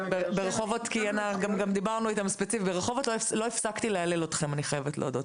ברחובות לא הפסקתי להלל אתכם, אני חייבת להודות.